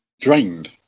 Drained